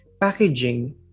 packaging